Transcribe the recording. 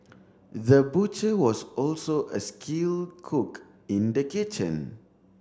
the butcher was also a skill cook in the kitchen